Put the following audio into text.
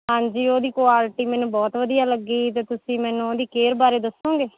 ਹਾਂਜੀ ਉਹਦੀ ਕੁਆਲਿਟੀ ਮੈਨੂੰ ਬਹੁਤ ਵਧੀਆ ਲੱਗੀ ਅਤੇ ਤੁਸੀਂ ਮੈਨੂੰ ਉਹਦੀ ਕੇਅਰ ਬਾਰੇ ਦੱਸੋਂਗੇ